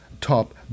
top